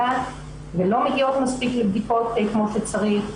ולא מגיעות מספיק לבדיקות כמו שצריך.